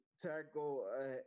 tackle